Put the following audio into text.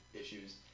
issues